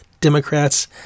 Democrats